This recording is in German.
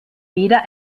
weder